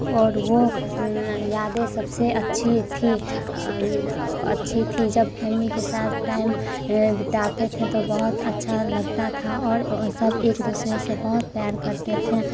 और वो यादें सबसे अच्छी थी अच्छी थी जब फैमिली के साथ टाइम बिताते थे तो बहुत अच्छा लगता था और सब एक दूसरे से बहुत प्यार करते थे